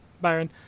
Byron